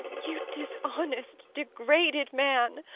you dishonest, degraded man!